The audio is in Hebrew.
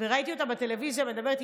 וראיתי אותה בטלוויזיה מדברת,